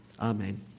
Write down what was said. Amen